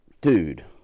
Dude